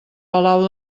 palau